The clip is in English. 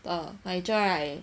the nigella